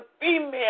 female